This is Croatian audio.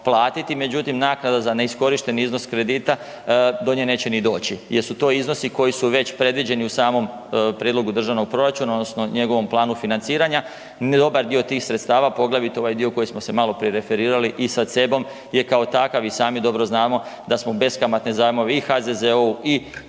međutim, naknada za neiskorišteni iznos kredita, do nje neće ni doći jer su to iznosi koji su već predviđeni u samom prijedlogu državnog proračuna, odnosno njegovom planu financiranja. Dobar dio tih sredstava, poglavito ovaj dio koji smo se maloprije referirali i sa CEB-om je kao takav, i sami dobro znamo da smo beskamatne zajmove i HZZO-u i